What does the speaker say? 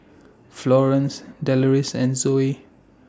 Florie Deloris and Zoey